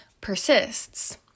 persists